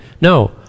No